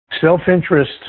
Self-interest